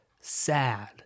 sad